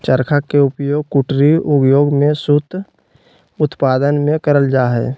चरखा के उपयोग कुटीर उद्योग में सूत उत्पादन में करल जा हई